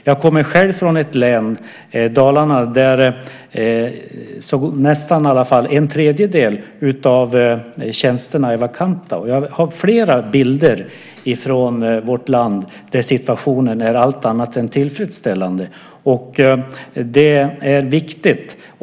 Jag kommer själv från ett län, Dalarna, där nästan en tredjedel av tjänsterna är vakanta. Jag har flera bilder från vårt land där situationen är allt annat än tillfredsställande.